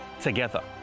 together